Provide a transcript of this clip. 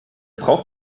braucht